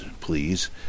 please